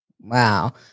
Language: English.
Wow